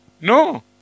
No